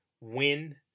win